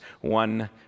one